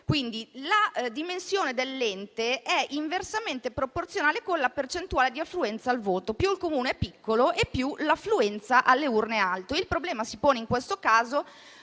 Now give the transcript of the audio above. grandi. La dimensione dell'ente è inversamente proporzionale alla percentuale di affluenza al voto: più il Comune è piccolo, più l'affluenza alle urne è alta. Il problema si pone in questo caso